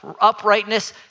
uprightness